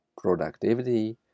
Productivity